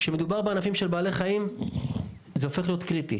כשמדובר בענפים של בעלי חיים זה הופך להיות קריטי.